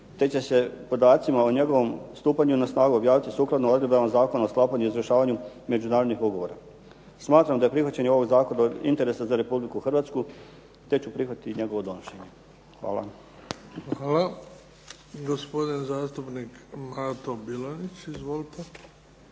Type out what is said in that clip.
te će se podaci o njegovom stupanju na snagu objaviti sukladno odredbama Zakona o sklapanju i izvršavanju međunarodnih ugovora. Smatram da je prihvaćanje ovog zakona od interesa za Republiku Hrvatsku te ću prihvatiti njegovo donošenje. Hvala. **Bebić, Luka (HDZ)** Hvala. Gospodin zastupnik Mato Bilonjić. Izvolite.